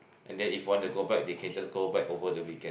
and then if want to go back they can just go back over the weekend